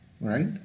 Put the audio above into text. right